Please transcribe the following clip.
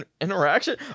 interaction